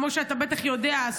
כמו שאתה בטח יודע,